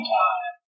time